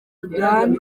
soudan